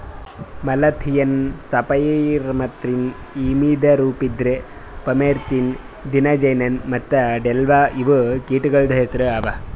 malathion, cypermethrin, imidacloprid, permethrin, diazinon ಮತ್ತ delta ಇವು ಕೀಟಗೊಳ್ದು ಹೆಸುರ್ ಅವಾ